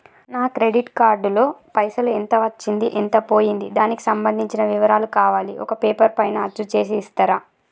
నా credit card లో పైసలు ఎంత వచ్చింది ఎంత పోయింది దానికి సంబంధించిన వివరాలు కావాలి ఒక పేపర్ పైన అచ్చు చేసి ఇస్తరా?